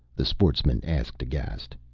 the sportsman asked, aghast.